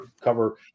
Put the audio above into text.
Cover